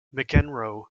mcenroe